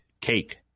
Cake